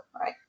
right